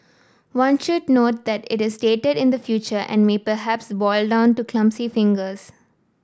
one should note that it is dated in the future and may perhaps boil down to clumsy fingers